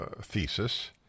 thesis